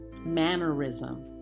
mannerism